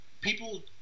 people